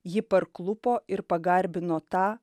ji parklupo ir pagarbino tą